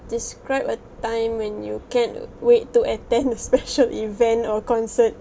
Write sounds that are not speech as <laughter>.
describe a time when you can't wait to attend <laughs> a special event or concert